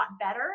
better